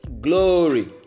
glory